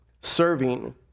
serving